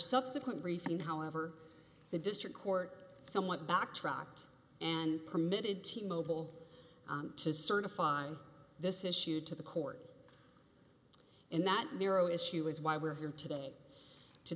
subsequent briefing however the district court somewhat backtracked and permitted to mobile to certify this issued to the court in that narrow issue is why we're here today to